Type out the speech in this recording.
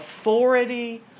authority